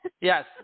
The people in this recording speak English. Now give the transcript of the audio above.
Yes